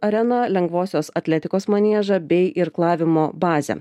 areną lengvosios atletikos maniežą bei irklavimo bazę